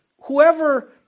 whoever